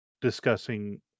discussing